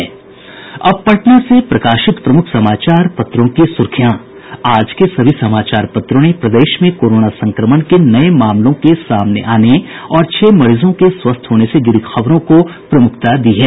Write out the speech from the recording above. अब पटना से प्रकाशित प्रमुख समाचार पत्रों की सुर्खियां आज के सभी समाचार पत्रों ने प्रदेश में कोरोना संक्रमण के नये मामलों के सामने आने और छह मरीजों के स्वस्थ होने से जुड़ी खबरों को प्रमुखता दी है